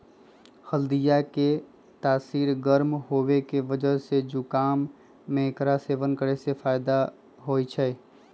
हल्दीया के तासीर गर्म होवे के वजह से जुकाम में एकरा सेवन करे से फायदेमंद रहा हई